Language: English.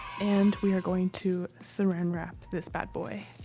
and we are going to saran wrap this bad boy.